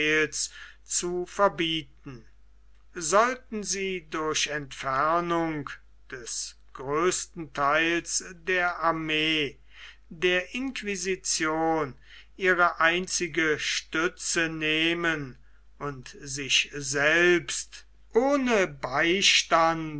zu verbieten sollten sie durch entfernung des größten theils der armee der inquisition ihre einzige stütze nehmen und sich selbst ohne beistand